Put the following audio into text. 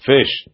Fish